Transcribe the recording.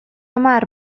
hamar